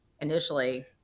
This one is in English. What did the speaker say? initially